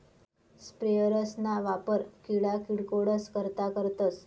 sprayers ना वापर किडा किरकोडस करता करतस